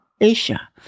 Asia